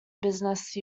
business